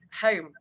Home